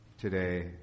today